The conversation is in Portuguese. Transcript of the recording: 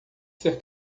ser